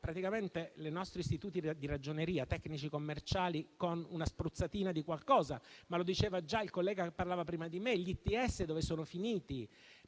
praticamente simile ai nostri istituti di ragioneria, tecnici commerciali con una spruzzatina di qualcosa. Ma lo diceva già il collega che parlava prima di me: gli ITS dove sono finiti?